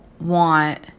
want